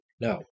No